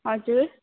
हजुर